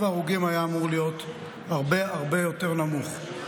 ההרוגים היה אמור להיות הרבה הרבה יותר נמוך.